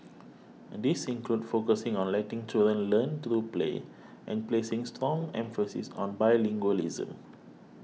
these include focusing on letting children learn through play and placing strong emphasis on bilingualism